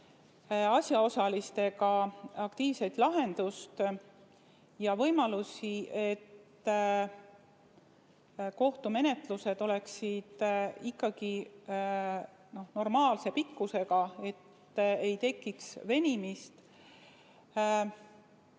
asjaosalistega aktiivselt lahendusi ja võimalusi, et kohtumenetlus oleks ikkagi normaalse pikkusega ega jääks venima.